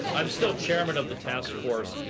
i'm still chairman of the task force.